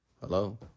Hello